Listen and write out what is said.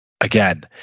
again